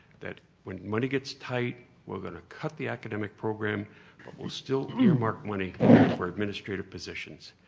that when money gets tight we're going to cut the academic program but we'll still earmark money for administrative positions.